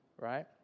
right